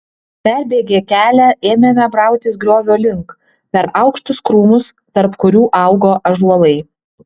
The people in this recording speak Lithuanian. perbėgę kelią ėmėme brautis griovio link per aukštus krūmus tarp kurių augo ąžuolai